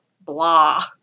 blah